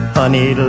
honey